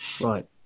Right